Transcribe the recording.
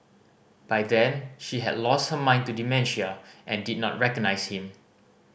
by then she had lost her mind to dementia and did not recognise him